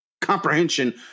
comprehension